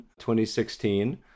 2016